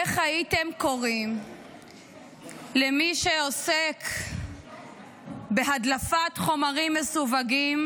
איך הייתם קוראים למי שעוסק בהדלפת חומרים מסווגים